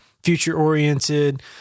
future-oriented